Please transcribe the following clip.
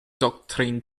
doctrine